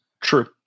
True